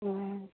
हाँ